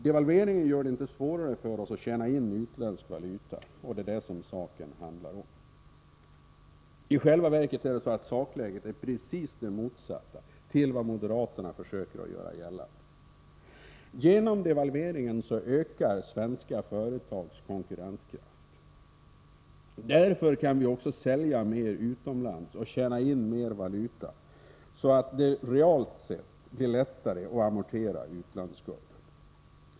Devalveringen gör det inte svårare för oss att tjäna in utländsk valuta, och det är detta som saken handlar om. I själva verket är sakläget precis det motsatta mot vad moderaterna försöker göra gällande. Genom devalveringen ökar svenska företags konkurrenskraft. Därför kan vi också sälja mer utomlands och tjäna in mer valuta, så att det realt sett blir lättare att amortera utlandsskulden.